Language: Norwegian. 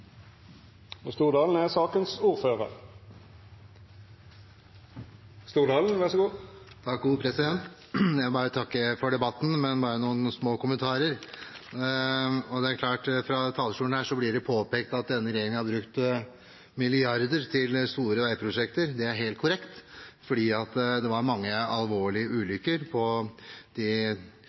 Jeg vil takke for debatten, men har bare noen små kommentarer. Fra talerstolen blir det påpekt at denne regjeringen har brukt milliarder til store veiprosjekter. Det er helt korrekt, for det var mange alvorlige ulykker på de